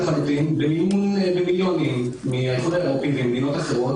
במימון של מיליונים מהאיחוד האירופי ומדינות אחרות,